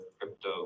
crypto